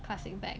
classic bag